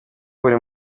buri